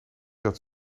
dat